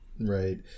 Right